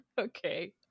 Okay